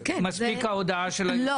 מספיק ההודעה של היושב ראש?